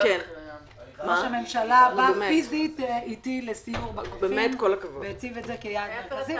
ראש הממשלה בא פיסית איתי לסיור בחופים והציב את זה כיעד מרכזי,